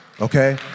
okay